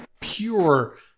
pure